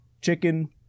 chicken